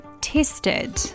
tested